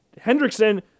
Hendrickson